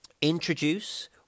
Introduce